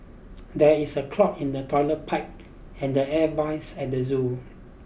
there is a clog in the toilet pipe and the air vines at the zoo